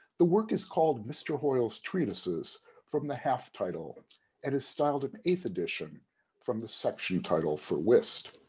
the work is called mr. hoyle's treatises from the half title and is styled in eighth edition from the section title for whist.